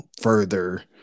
further